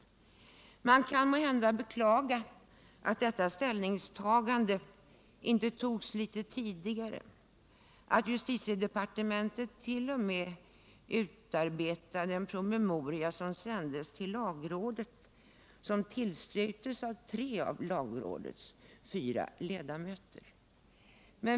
Måhända kan man beklaga att detta ställningstagande inte gjordes litet tidigare och att justitiedepartementet t.o.m. utarbetade en promemoria som sändes till lagrådet och som där tillstyrktes av tre av lagrådets fyra ledamöter.